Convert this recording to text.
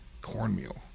Cornmeal